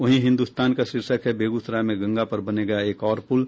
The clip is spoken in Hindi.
वहीं हिन्दुस्तान का शीर्षक है बेगूसराय में गंगा पर बनेगा एक और पुल